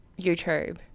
YouTube